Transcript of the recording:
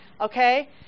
okay